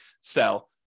sell